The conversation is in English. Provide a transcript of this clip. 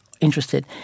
interested